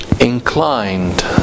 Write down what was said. inclined